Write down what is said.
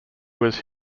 was